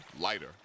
lighter